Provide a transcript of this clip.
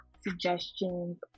suggestions